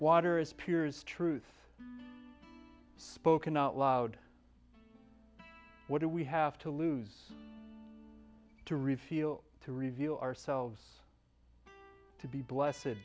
water is piers truth spoken out loud what do we have to lose to reveal to reveal ourselves to be blessed